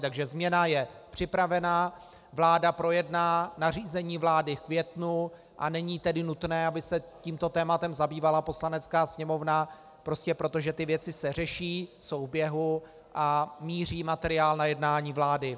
Takže změna je připravena, vláda projedná nařízení vlády v květnu, a není tedy nutné, aby se tímto tématem zabývala Poslanecká sněmovna, prostě proto, že ty věci se řeší, jsou v běhu a materiál míří na jednání vlády.